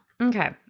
Okay